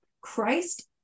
Christ